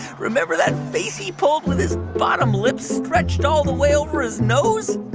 remember that face he pulled with his bottom lip stretched all the way over his nose?